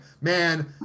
man